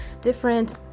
different